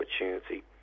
opportunity